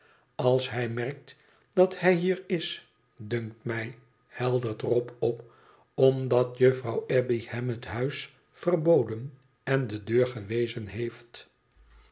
als hij merkt dat hij hier is dunkt mij heldert rob op omdat juffrouw abbey hem het huis verboden en de deur gewezen heeft